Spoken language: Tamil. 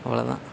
அவ்வளதான்